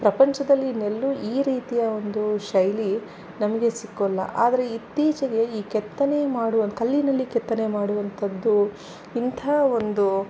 ಪ್ರಪಂಚದಲ್ಲಿ ಇನ್ನೆಲ್ಲೂ ಈ ರೀತಿಯ ಒಂದು ಶೈಲಿ ನಮಗೆ ಸಿಕ್ಕೋಲ್ಲ ಆದರೆ ಇತ್ತೀಚೆಗೆ ಈ ಕೆತ್ತನೆ ಮಾಡುವ ಕಲ್ಲಿನಲ್ಲಿ ಕೆತ್ತನೆ ಮಾಡುವಂಥದ್ದು ಇಂತಹ ಒಂದು